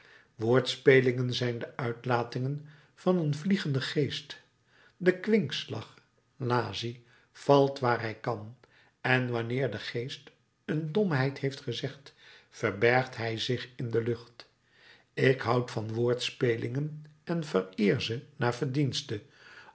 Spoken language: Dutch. woordspelingen zijn de uitlatingen van een vliegenden geest de kwinkslag lazzi valt waar hij kan en wanneer de geest een domheid heeft gezegd verbergt hij zich in de lucht ik houd van woordspelingen en vereer ze naar verdienste